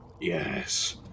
yes